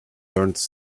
learned